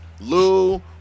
Lou